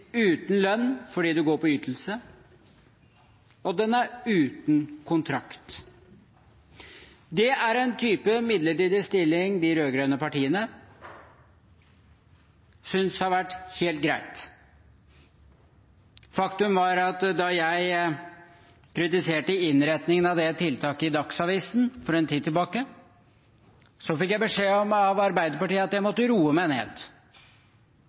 uten lønn, fordi man går på ytelse, og den er uten kontrakt. Det er en type midlertidig stilling de rød-grønne partiene synes er helt greit. Faktum er at da jeg kritiserte innretningen av det tiltaket i Dagsavisen for en tid tilbake, fikk jeg beskjed av Arbeiderpartiet om at jeg måtte roe meg ned,